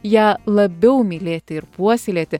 ją labiau mylėti ir puoselėti